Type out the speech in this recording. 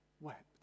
wept